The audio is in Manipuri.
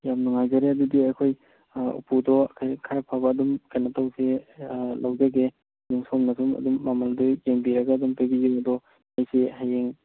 ꯌꯥꯝ ꯅꯨꯉꯥꯏꯖꯔꯦ ꯑꯗꯨꯗꯤ ꯑꯩꯈꯣꯏ ꯎꯄꯨꯗꯣ ꯈꯔ ꯐꯕ ꯑꯗꯨꯝ ꯀꯩꯅꯣ ꯇꯧꯁꯤ ꯂꯧꯖꯒꯦ ꯑꯗꯣ ꯁꯣꯝꯅ ꯁꯨꯝ ꯑꯗꯨꯝ ꯃꯃꯜꯗꯣ ꯌꯦꯡꯕꯤꯔꯒ ꯑꯗꯨꯝ ꯄꯤꯕꯤꯌꯣ ꯑꯗꯣ ꯑꯩꯁꯦ ꯍꯌꯦꯡ